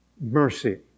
mercy